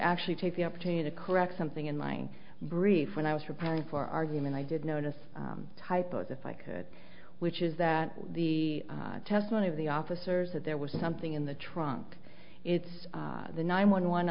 actually take the opportunity to correct something in my brief when i was preparing for argument i did notice typos if i could which is that the testimony of the officers that there was something in the trunk it's the nine one one